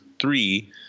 three